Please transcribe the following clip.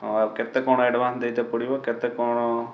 ହଁ ଆଉ କେତେ କ'ଣ ଆଡ଼ଭାନ୍ସ ଦେଇତେ ପଡ଼ିବ କେତେ କ'ଣ